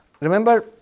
Remember